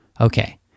Okay